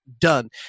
done